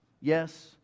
Yes